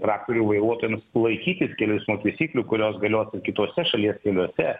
traktorių vairuotojams laikytis kelių eismo taisyklių kurios galiotų kituose šalies keliuose